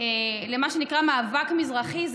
למה שנקרא מאבק מזרחי,